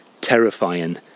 terrifying